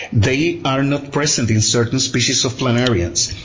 they are not present in certain species of planarians.